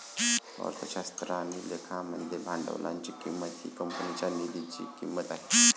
अर्थशास्त्र आणि लेखा मध्ये भांडवलाची किंमत ही कंपनीच्या निधीची किंमत आहे